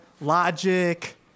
Logic